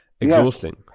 exhausting